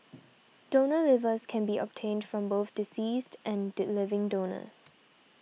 donor livers can be obtained from both deceased and living donors